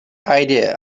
idea